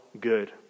good